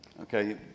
Okay